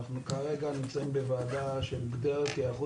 אנחנו כרגע נמצאים בוועדה שמוגדרת היערכות